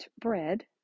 bread